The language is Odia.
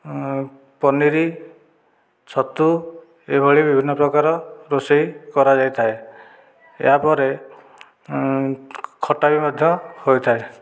ପନିର ଛତୁ ଏଭଳି ବିଭିନ୍ନପ୍ରକାର ରୋଷେଇ କରାଯାଇଥାଏ ଏହାପରେ ଖଟା ବି ମଧ୍ୟ ହୋଇଥାଏ